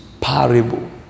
parable